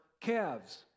calves